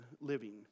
living